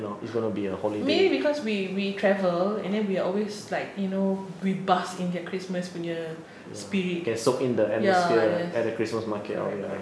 maybe because we we travel and then we always like you know we bask in their christmas punya spirit ya yes right